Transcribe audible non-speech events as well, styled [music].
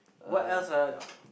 uh [breath]